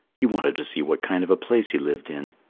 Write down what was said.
he wanted to see what kind of a place he lived in.